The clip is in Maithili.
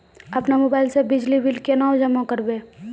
अपनो मोबाइल से बिजली बिल केना जमा करभै?